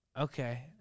Okay